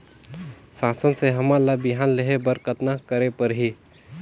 शासन से हमन ला बिहान लेहे बर कतना करे परही?